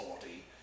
body